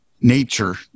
nature